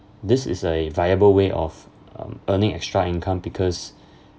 this is a viable way of um earning extra income because